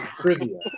trivia